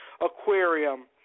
aquarium